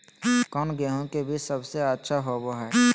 कौन गेंहू के बीज सबेसे अच्छा होबो हाय?